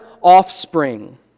offspring